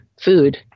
food